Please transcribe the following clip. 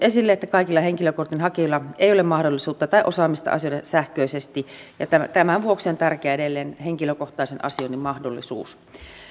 esille että kaikilla henkilökortin hakijoilla ei ole mahdollisuutta tai osaamista asioida sähköisesti ja tämän vuoksi on tärkeää että on edelleen henkilökohtaisen asioinnin mahdollisuus